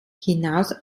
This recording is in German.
hinaus